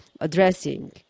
addressing